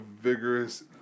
vigorous